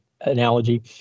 analogy